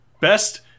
best